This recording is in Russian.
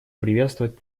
приветствовать